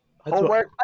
Homework